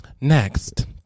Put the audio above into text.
Next